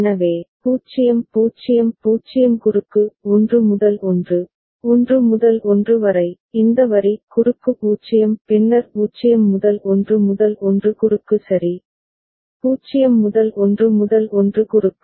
எனவே 0 0 0 குறுக்கு 1 முதல் 1 1 முதல் 1 வரை இந்த வரி குறுக்கு 0 பின்னர் 0 முதல் 1 1 குறுக்கு சரி 0 முதல் 1 1 குறுக்கு